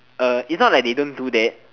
uh is not like they don't do that